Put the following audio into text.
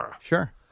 Sure